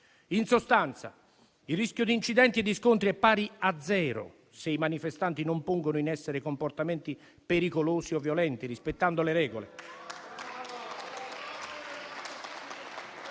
In sostanza, il rischio di incidenti e di scontri è pari a zero se i manifestanti non pongono in essere comportamenti pericolosi o violenti, rispettando le regole.